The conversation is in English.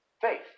Faith